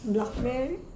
Blackberry